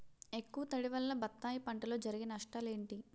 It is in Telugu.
ఎక్కువ తడి వల్ల బత్తాయి పంటలో జరిగే నష్టాలేంటి?